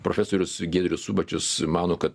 profesorius giedrius subačius mano kad